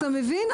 אתה מבין?